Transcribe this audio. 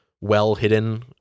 well-hidden